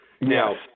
Now